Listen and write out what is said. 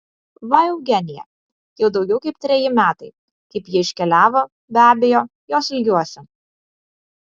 va eugenija jau daugiau kaip treji metai kaip ji iškeliavo be abejo jos ilgiuosi